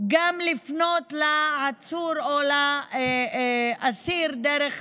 גם לפנות לעצור או לאסיר דרך